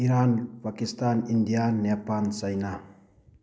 Iran Pakistan India Nepal China